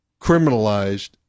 criminalized